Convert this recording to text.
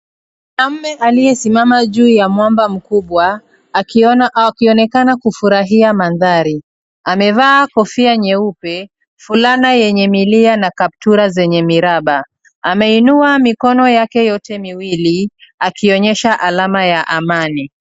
Mwanamume aliyesimama juu ya mwamba mkubwa akionekana kufurahia mandhari. Amevaa kofia nyeupe, fulana yenye milia na kaptura zenye miraba. Ameinua mikono yake yote miwili akionyesha alama ya amani.